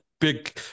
Big